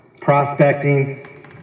prospecting